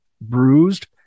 bruised